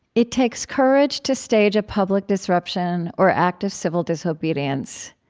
it takes courage to stage a public disruption or act of civil disobedience,